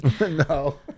no